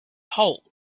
hole